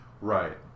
Right